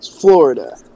Florida